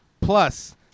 plus